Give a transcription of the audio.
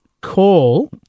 call